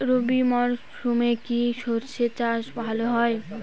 রবি মরশুমে কি সর্ষে চাষ ভালো হয়?